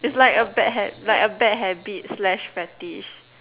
it's like a bad ha~ like a bad habit slash fetish